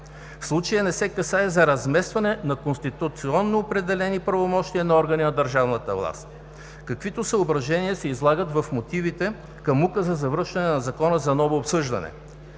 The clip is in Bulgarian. случая не се касае за разместване на конституционно определени правомощия на органи на държавната власт, каквито съображения се излагат в мотивите към Указа за връщане на Закона за ново обсъждане,